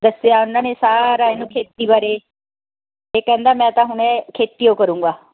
ਦੱਸਿਆ ਉਹਨਾਂ ਨੇ ਸਾਰਾ ਇਹਨੂੰ ਖੇਤੀ ਬਾਰੇ ਅਤੇ ਕਹਿੰਦਾ ਮੈਂ ਤਾਂ ਹੁਣੇ ਖੇਤੀ ਓ ਕਰੂੰਗਾ